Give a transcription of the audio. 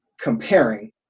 comparing